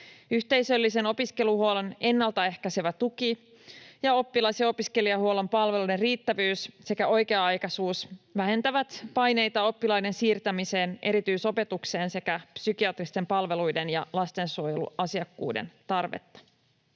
Yhteisöllisen opiskeluhuollon ennaltaehkäisevä tuki ja oppilas‑ ja opiskelijahuollon palveluiden riittävyys sekä oikea-aikaisuus vähentävät paineita oppilaiden siirtämiseen erityisopetukseen sekä psykiatristen palveluiden ja lastensuojeluasiakkuuden tarvetta.